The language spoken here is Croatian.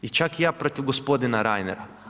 I čak ja protiv gospodina Renera.